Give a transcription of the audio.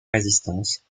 résistance